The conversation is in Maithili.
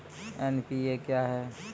एन.पी.ए क्या हैं?